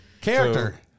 Character